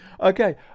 Okay